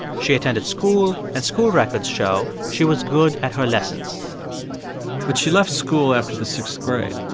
she attended school, and school records show she was good at her lessons but she left school after the sixth grade,